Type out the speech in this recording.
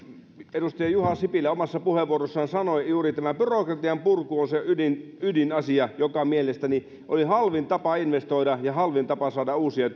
edustaja juha sipilä omassa puheenvuorossaan sanoi juuri tämä byrokratian purku on se ydinasia ydinasia joka mielestäni oli halvin tapa investoida ja halvin tapa saada uusia